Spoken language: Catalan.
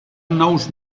nous